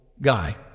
guy